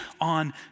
on